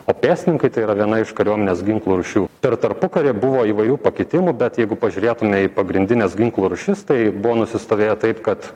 o pėstininkai tai yra viena iš kariuomenės ginklų rūšių per tarpukarį buvo įvairių pakitimų bet jeigu pažiūrėtume į pagrindines ginklų rūšis tai buvo nusistovėję taip kad